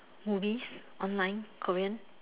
movies online Korean